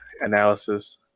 analysis